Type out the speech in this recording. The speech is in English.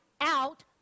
out